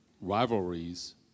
rivalries